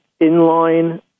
inline